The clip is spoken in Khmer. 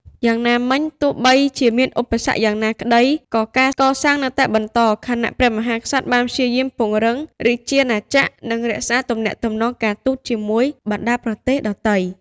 យ៉ាងណាមិញ ទោះបីជាមានឧបសគ្គយ៉ាងណាក្តី ក៏ការកសាងនៅតែបន្ត ខណៈព្រះមហាក្សត្របានព្យាយាមពង្រឹងរាជាណាចក្រ និងរក្សាទំនាក់ទំនងការទូតជាមួយបណ្ដាប្រទេសដទៃ។